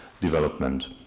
development